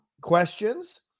questions